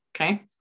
Okay